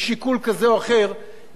גוברים על חשבון האינטרס הלאומי.